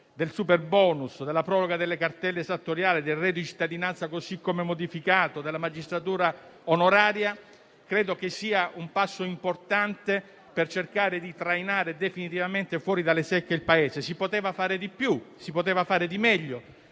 del superbonus, della proroga delle cartelle esattoriali, del reddito di cittadinanza così come modificato, della magistratura onoraria credo che sia un passo importante per cercare di trainare definitivamente il Paese fuori dalle secche. Si poteva fare di più, si poteva fare di meglio;